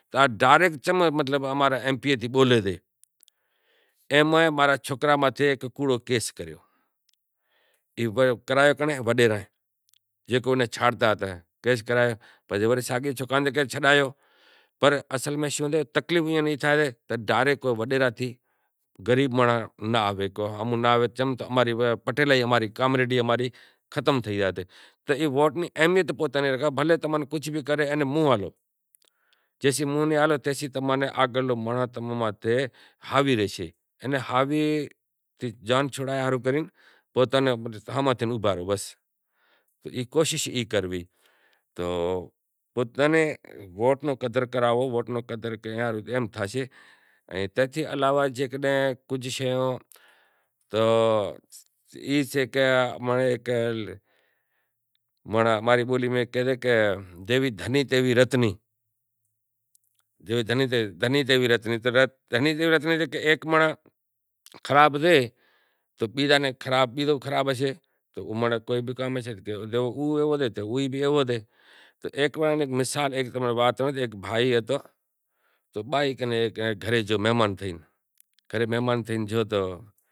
ڈاریک چم اماں رے سوکراں ماتھے ہیک کوڑو کیس کریو کرایو کے وڈیراں جیکو اینا چھاڑتا ہتا پنڑ اصل غریب مانڑو وڈیراں ہمہوں ناں آوے چم اماری پٹیلی کامریڈی ختم تھے زائے تی۔ بیزو خراب ہوسے تو ایک مثال ہنبڑانڑاں کہ ہیک بھائی ہتو بھائی کنیں گھرے گیو مہمان تھے